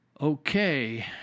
Okay